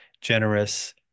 generous